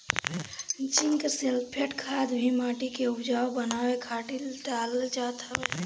zinc sulphate खाद भी माटी के उपजाऊ बनावे खातिर डालल जात हवे